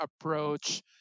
approach